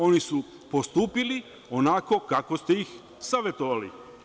Oni su postupili onako kako ste ih savetovali.